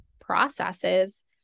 processes